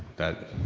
that,